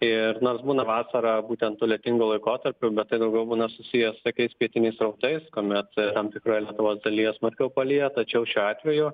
ir nors būna vasarą būtent tų lietingų laikotarpių tai daugiau būna susiję su tokiais pietiniais srautais kuomet tam tikroje lietuvos dalyje smarkiau palyja tačiau šiuo atveju